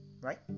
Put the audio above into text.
right